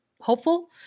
hopeful